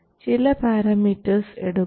ചില പാരമീറ്റേഴ്സ് എടുക്കാം